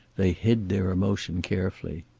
they hid their emotion carefully.